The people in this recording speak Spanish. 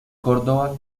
córdoba